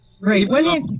Right